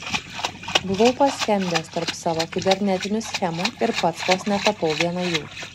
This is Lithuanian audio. buvau paskendęs tarp savo kibernetinių schemų ir pats vos netapau viena jų